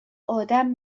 آدم